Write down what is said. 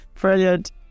Brilliant